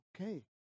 okay